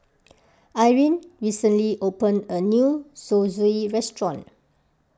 Irine recently opened a new Zosui restaurant